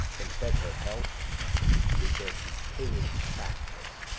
and fed her health with their decaying fatness.